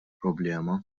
problema